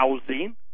housing